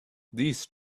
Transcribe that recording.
these